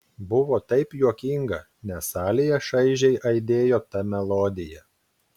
buvo taip juokinga nes salėje šaižiai aidėjo ta melodija